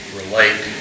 relate